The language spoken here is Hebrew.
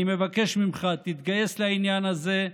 אני מבקש ממך, תתגייס לעניין הזה.